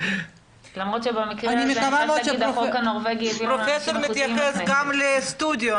אני מקווה מאוד שפרופ' פרידמן מתייחס גם לסטודיו,